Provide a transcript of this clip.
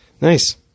Nice